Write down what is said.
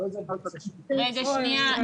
אחת הסוגיות שיכולים לפגוע זה הכלים